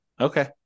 Okay